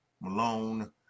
Malone